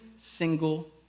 single